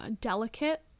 delicate